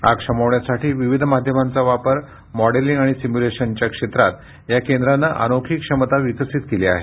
आग शमवण्यासाठी विविध माध्यमांचा वापर मॉडेलिंग आणि सिम्युलेशनच्या क्षेत्रात या केंद्रानं अनोखी क्षमता विकसित केली आहे